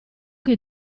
che